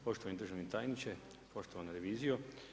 Poštovani državni tajniče, poštovana revizijo.